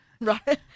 right